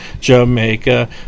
Jamaica